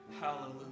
Hallelujah